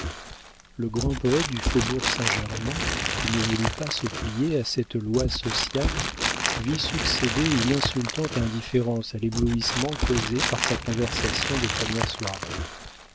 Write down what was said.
le grand poëte du faubourg saint-germain qui ne voulut pas se plier à cette loi sociale vit succéder une insultante indifférence à l'éblouissement causé par sa conversation des premières soirées